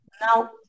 now